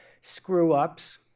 screw-ups